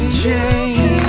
change